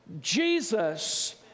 Jesus